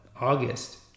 August